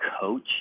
coach